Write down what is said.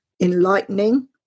enlightening